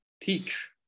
teach